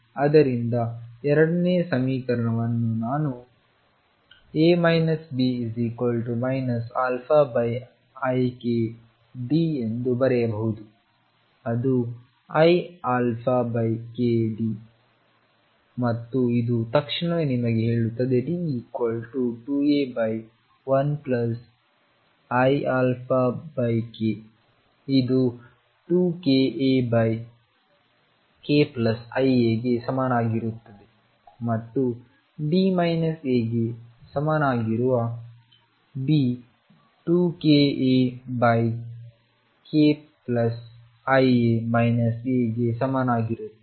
ಆದ್ದರಿಂದ ಎರಡನೇ ಸಮೀಕರಣವನ್ನು ನಾನುA B ikD ಎಂದು ಬರೆಯಬಹುದು ಅದು iαkD ಮತ್ತು ಇದು ತಕ್ಷಣವೇ ನಿಮಗೆ ಹೇಳುತ್ತದೆ D2A1iαk ಇದು2kAkiα ಗೆ ಸಮನಾಗಿರುತ್ತದೆ ಮತ್ತು D A ಗೆ ಸಮನಾಗಿರುವ B 2kAkiα A ಗೆ ಸಮಾನವಾಗಿರುತ್ತದೆ